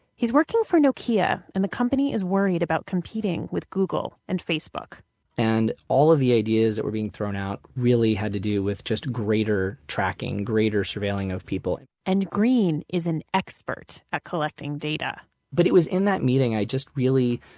he's working for nokia, and the company is worried about competing with google and facebook and all of the ideas that were being thrown out really had to do with just greater tracking, greater surveilling of people and green is an expert at collecting data but it was in that meeting i just really,